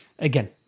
again